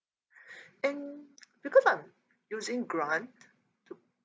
and because I'm using grant to